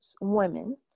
women